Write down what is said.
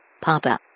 Papa